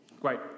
Great